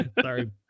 Sorry